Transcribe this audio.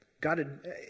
God